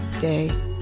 day